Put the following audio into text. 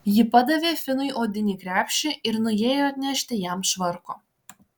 ji padavė finui odinį krepšį ir nuėjo atnešti jam švarko